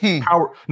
power